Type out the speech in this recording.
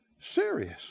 serious